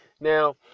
Now